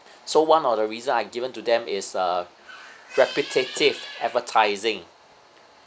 so one of the reasons I given to them is uh repetitive advertising